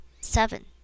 Seven